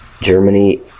Germany